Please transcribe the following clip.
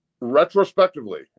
Retrospectively